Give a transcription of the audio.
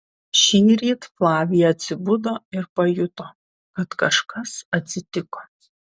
šįryt flavija atsibudo ir pajuto kad kažkas atsitiko